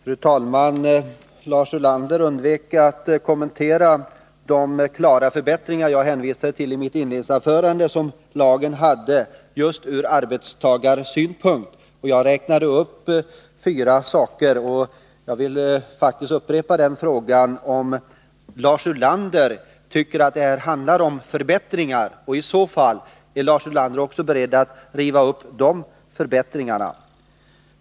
Fru talman! Lars Ulander undvek att kommentera de klara förbättringar som jag i mitt inledningsanförande påvisade att lagen har från arbetstagarsynpunkt. Jag räknade upp fyra saker. Och jag upprepar min fråga om Lars Ulander tycker att det här handlar om förbättringar och om han i så fall är beredd att riva upp också de förbättringarna.